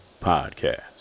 Podcast